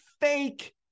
fake